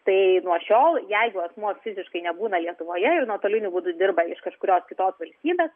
tai nuo šiol jeigu asmuo fiziškai nebūna lietuvoje ir nuotoliniu būdu dirba iš kažkurios kitos valstybės